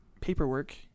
paperwork